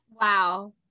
Wow